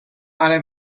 ara